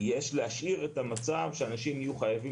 יש להשאיר את המצב שאנשים יהיו חייבים